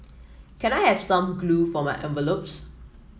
can I have some glue for my envelopes